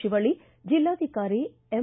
ಶಿವಳ್ಳಿ ಜಿಲ್ಲಾಧಿಕಾರಿ ಎಂ